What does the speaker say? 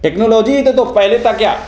technology तो पहले था क्या